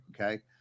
Okay